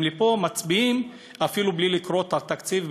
לפה ומצביעים אפילו בלי לקרוא את התקציב,